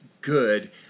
good